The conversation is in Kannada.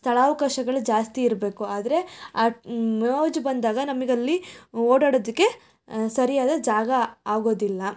ಸ್ಥಳಾವ್ಕಾಶಗಳು ಜಾಸ್ತಿ ಇರಬೇಕು ಆದರೆ ಆ ಮೇಜ್ ಬಂದಾಗ ನಮಗೆ ಅಲ್ಲಿ ಓಡಾಡೋದಕ್ಕೆ ಸರಿಯಾದ ಜಾಗ ಆಗೋದಿಲ್ಲ